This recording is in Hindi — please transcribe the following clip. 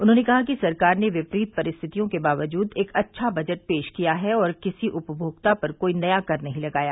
उन्होंने कहा कि सरकार ने विपरीत परिस्थितियों के बावजूद एक अच्छा बजट पेश किया और किसी उपभोक्ता पर कोई नया कर नहीं लगाया